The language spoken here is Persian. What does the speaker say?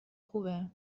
خوبه